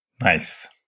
Nice